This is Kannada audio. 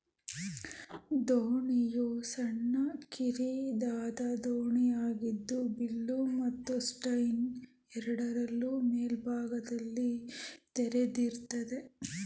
ದೋಣಿಯು ಸಣ್ಣ ಕಿರಿದಾದ ದೋಣಿಯಾಗಿದ್ದು ಬಿಲ್ಲು ಮತ್ತು ಸ್ಟರ್ನ್ ಎರಡರಲ್ಲೂ ಮೇಲ್ಭಾಗದಲ್ಲಿ ತೆರೆದಿರ್ತದೆ